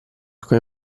quei